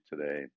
today